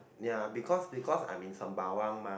ya because because I in Sembawang mah